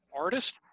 artist